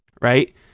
right